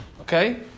Okay